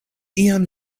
ian